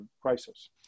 crisis